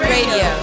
Radio